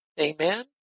Amen